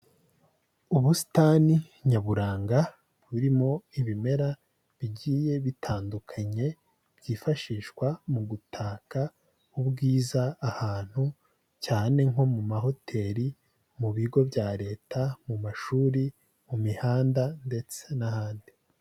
Ubusitani nyaburanga burimo ibimera bigiye bitandukanye, byifashishwa mu gutaka ubwiza ahantu cyane nko mu mahoteli, mu bigo bya Leta, mu mashuri, mu mihanda ndetse n'ahandi.